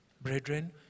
Brethren